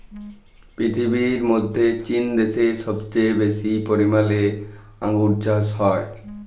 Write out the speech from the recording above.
পীরথিবীর মধ্যে চীন দ্যাশে সবচেয়ে বেশি পরিমালে আঙ্গুর চাস হ্যয়